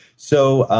so,